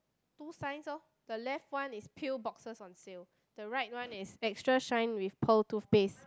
two signs orh the left one is pill boxes on sale the right one is extra shine with pearl toothpaste